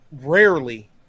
rarely